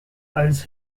als